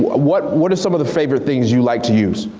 what what are some of the favorite things you like to use?